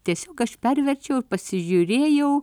tiesiog aš perverčiau ir pasižiūrėjau